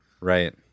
Right